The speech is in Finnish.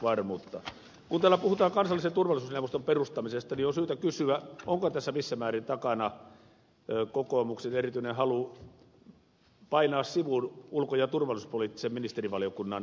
kun täällä puhutaan kansallisen turvallisuusneuvoston perustamisesta niin on syytä kysyä onko tässä missä määrin takana kokoomuksen erityinen halu painaa sivuun ulko ja turvallisuuspoliittisen ministerivaliokunnan roolia